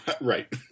Right